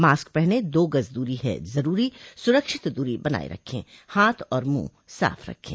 mask पहनें दो गज़ दूरी है ज़रूरी सुरक्षित दूरी बनाए रखें हाथ और मुंह साफ़ रखें